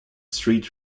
street